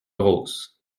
grosses